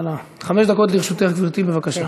חמש דקות לרשותך, גברתי, בבקשה.